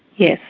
yes.